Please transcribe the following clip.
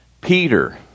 Peter